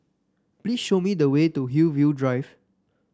please show me the way to Hillview Drive